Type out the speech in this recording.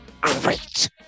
Great